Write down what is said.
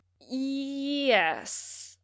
Yes